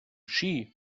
ski